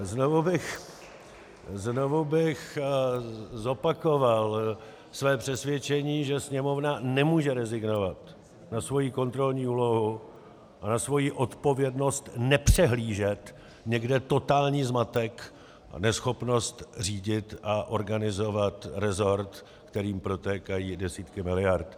Znovu bych zopakoval své přesvědčení, že Sněmovna nemůže rezignovat na svoji kontrolní úlohu a na svoji odpovědnost nepřehlížet někde totální zmatek a neschopnost řídit a organizovat resort, kterým protékají desítky miliard.